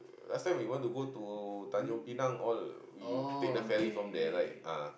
last time when you want to go to tanjung pinang all you take the ferry from there right ah